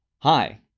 Hi